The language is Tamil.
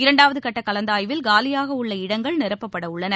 இரண்டாவது கட்ட கலந்தாய்வில் காலியாக உள்ள இடங்கள் நிரப்பப்படவுள்ளன